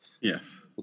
Yes